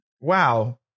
Wow